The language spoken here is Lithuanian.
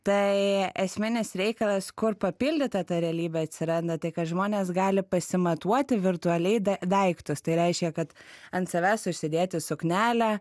tai esminis reikalas kur papildyta ta realybė atsiranda tai kad žmonės gali pasimatuoti virtualiai da daiktus tai reiškia kad ant savęs užsidėti suknelę